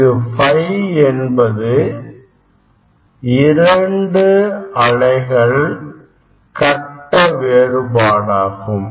இங்கே ∅ என்பது இரண்டு அலைகள் கட்ட வேறுபாடாகும்